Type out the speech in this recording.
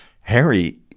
Harry